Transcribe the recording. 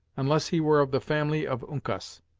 unless he were of the family of uncas.